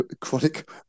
chronic